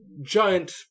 giant